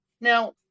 Now